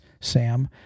Sam